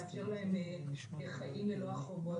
כדי לפתוח להם דף חדש ולאפשר להם חיים ללא חובות.